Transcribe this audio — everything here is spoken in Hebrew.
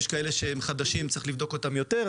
ויש כאלה שהם חדשים וצריך לבדוק אותם יותר.